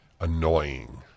annoying